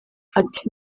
ati